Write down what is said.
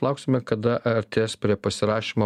lauksime kada artės prie pasirašymo